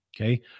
Okay